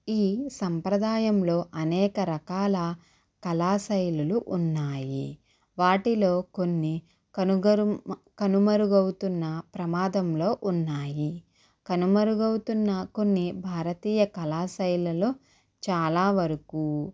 ఈ సంప్రదాయంలో అనేక రకాల కళా శైలులు ఉన్నాయి వాటిలో కొన్ని కనుగరు కనుమరుగవుతున్న ప్రమాదంలో ఉన్నాయి కనుమరుగవుతున్న కొన్ని భారతీయ కళా శైలులలో చాలా వరకు